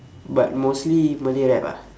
but mostly malay rap ah